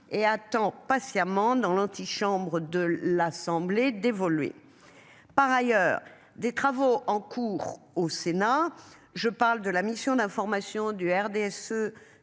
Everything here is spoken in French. et attend patiemment dans l'antichambre de l'Assemblée d'évoluer. Par ailleurs, des travaux en cours au Sénat. Je parle de la mission d'information du RDSE